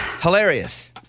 Hilarious